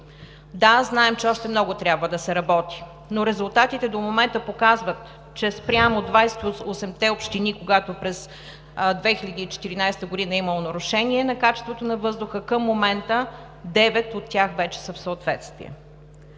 Да, знаем, че още много трябва да се работи, но резултатите до момента показват, че спрямо 28 те общини, когато през 2014 г. е имало нарушение на качеството на въздуха, към момента девет от тях вече са в съответствие.